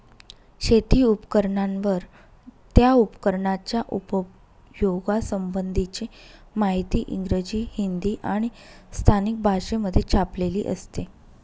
शेती उपकरणांवर, त्या उपकरणाच्या उपयोगा संबंधीची माहिती इंग्रजी, हिंदी आणि स्थानिक भाषेमध्ये छापलेली असते